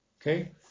Okay